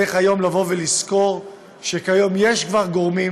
צריך לזכור שכיום יש כבר גורמים,